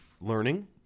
learning